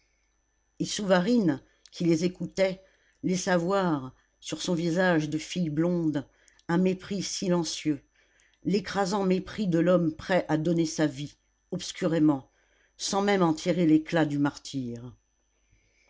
et souvarine qui les écoutait laissa voir sur son visage de fille blonde un mépris silencieux l'écrasant mépris de l'homme prêt à donner sa vie obscurément sans même en tirer l'éclat du martyre